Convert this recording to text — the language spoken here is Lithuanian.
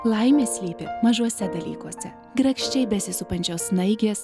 laimė slypi mažuose dalykuose grakščiai besisupančios snaigės